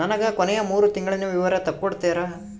ನನಗ ಕೊನೆಯ ಮೂರು ತಿಂಗಳಿನ ವಿವರ ತಕ್ಕೊಡ್ತೇರಾ?